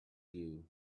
you